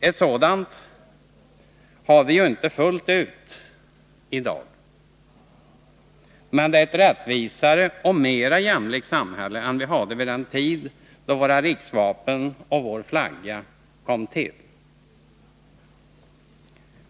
Ett sådant har vi inte fullt ut i dag, men det är ett rättvisare och mera jämlikt samhälle än vi hade vid den tid då våra riksvapen och vår flagga kom till.